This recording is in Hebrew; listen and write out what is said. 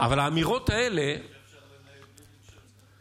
אבל האמירות האלה, איך אפשר לנהל בלי למשול?